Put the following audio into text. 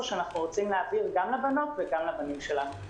שאנחנו רוצים להעביר גם לבנות וגם לבנים שלנו.